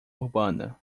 urbana